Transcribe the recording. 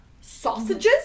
Sausages